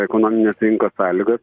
ekonominės rinkos sąlygas